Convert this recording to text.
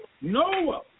Noah